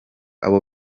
abo